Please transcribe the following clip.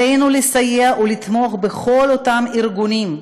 עלינו לסייע ולתמוך בכל אותם ארגונים,